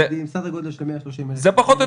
--- סדר גודל של 130,000 --- זה פחות או